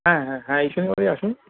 হ্যাঁ হ্যাঁ হ্যাঁ এই শনিবারই আসুন